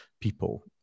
people